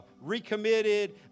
recommitted